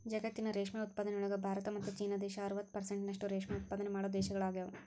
ಜಗತ್ತಿನ ರೇಷ್ಮೆ ಉತ್ಪಾದನೆಯೊಳಗ ಭಾರತ ಮತ್ತ್ ಚೇನಾ ದೇಶ ಅರವತ್ ಪೆರ್ಸೆಂಟ್ನಷ್ಟ ರೇಷ್ಮೆ ಉತ್ಪಾದನೆ ಮಾಡೋ ದೇಶಗಳಗ್ಯಾವ